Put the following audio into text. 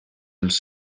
els